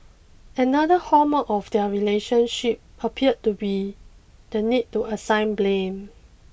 another hallmark of their relationship appeared to be the need to assign blame